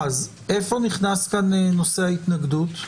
איפה נכנס כאן נושא ההתנגדות?